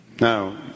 Now